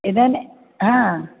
इदाने हा